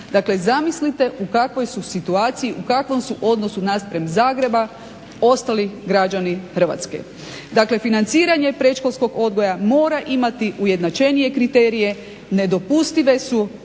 zamislite u kakvoj su situaciju u kakvom su odnosu naspram Zagreba ostali građani Hrvatske? Dakle, financiranje predškolskog odgoja mora imati ujednačenije kriterije, nedopustive su